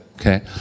Okay